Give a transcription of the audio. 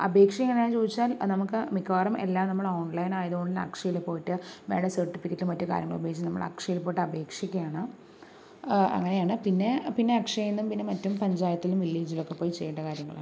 അപേക്ഷ എങ്ങനെയാണെന്ന് ചോദിച്ചാൽ നമുക്ക് മിക്കവാറും എല്ലാം നമ്മൾ ഓൺലൈനിൽ ആയതുകൊണ്ടാണ് അക്ഷയ പോയിട്ട് വേണം സർട്ടിഫിക്കറ്റ് മറ്റും കാര്യങ്ങള് ഉപയോഗിച്ച് നമ്മൾ അക്ഷയയിൽ പോയി അപേക്ഷിക്കുകയാണ് അങ്ങനെയാണ് പിന്നെ പിന്നെ അക്ഷയേന്നും മറ്റും പഞ്ചായത്തിലും വില്ലേജിലുമൊക്കെ പോയി ചെയ്യേണ്ട കാര്യങ്ങളാണ്